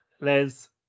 Les